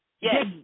Yes